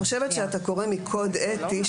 אני חושבת שאתה קורא מקוד אתי,